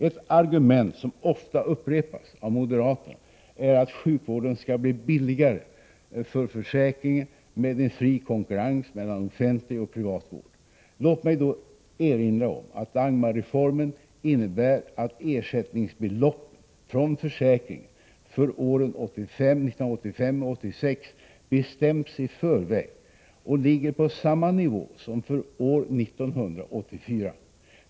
Ett argument som ofta upprepas av moderaterna är att sjukvården skall bli billigare för försäkringen med en fri konkurrens mellan offentlig och privat vård. Låt mig då erinra om att Dagmarreformen innebär att ersättningsbeloppen från försäkringen för åren 1985 och 1986 bestämts i förväg och ligger på samma nivå som för år 1984.